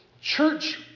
church